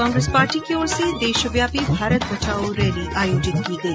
Congress party की ओर से देशव्यापी भारत बचाओ रैली आयोजित की गई